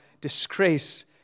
disgrace